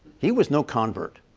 he was no convert.